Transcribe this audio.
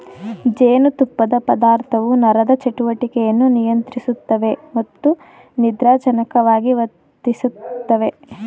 ಜೇನುತುಪ್ಪದ ಪದಾರ್ಥವು ನರದ ಚಟುವಟಿಕೆಯನ್ನು ನಿಯಂತ್ರಿಸುತ್ತವೆ ಮತ್ತು ನಿದ್ರಾಜನಕವಾಗಿ ವರ್ತಿಸ್ತವೆ